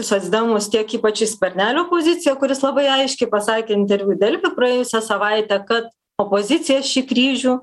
socdemus tiek ypač į skvernelio poziciją kuris labai aiškiai pasakė interviu delfi praėjusią savaitę ka opozicija šį kryžių